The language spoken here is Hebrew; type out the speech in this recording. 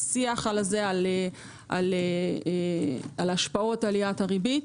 שיח על השפעות עליית הריבית.